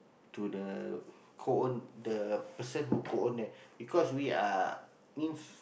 to the co-own the person who co-own there because we are means